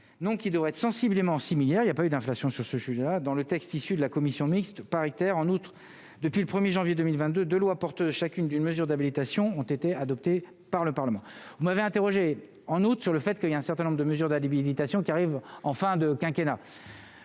non qui devrait être sensiblement similaire il y a pas eu d'inflation sur ce, je suis là dans le texte issu de la commission mixte paritaire, en outre, depuis le 1er janvier 2022 de loi portent chacune d'une mesure d'habitations ont été adoptées par le Parlement, vous m'avez interrogé en août sur le fait que, il y a un certain nombre de mesures d'habilitation qui arrive en fin de quinquennat